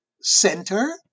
center